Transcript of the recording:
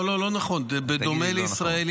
לא, לא נכון, אל תגיד לי לא נכון.